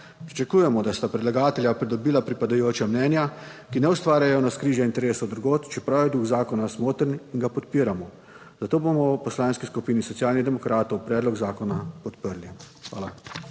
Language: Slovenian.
Pričakujemo, da sta predlagatelja pridobila pripadajoča mnenja. Ki ne ustvarjajo navzkrižja interesov drugod, čeprav je duh zakona smotrn in ga podpiramo. Zato bomo v Poslanski skupini Socialnih demokratov predlog zakona podprli. Hvala.